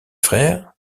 frères